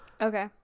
Okay